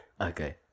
Okay